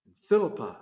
Philippi